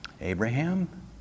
Abraham